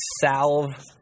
salve